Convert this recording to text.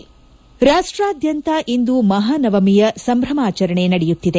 head ರಾಷ್ಟಾದ್ಯಂತ ಇಂದು ಮಹಾನವಮಿಯ ಸಂಭ್ರಮಾಚರಣೆ ನಡೆಯುತ್ತಿದೆ